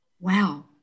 Wow